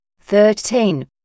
thirteen